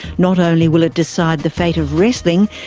not only will it decide the fate of wrestling,